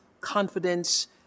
confidence